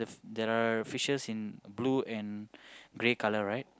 there are fishes in blue and grey colour right